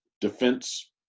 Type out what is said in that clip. defense